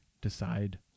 decide